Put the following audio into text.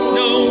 no